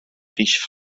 fis